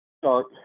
start